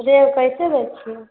rate कइसे दै छिए